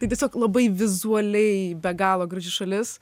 tai tiesiog labai vizualiai be galo graži šalis